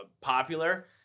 popular